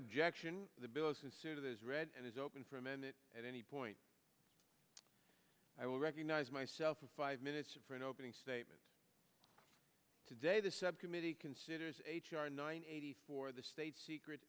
of those read and is open for a minute at any point i will recognize myself for five minutes for an opening statement today the subcommittee considers h r nine eighty four the state secrets